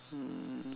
um